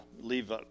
leave